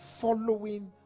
following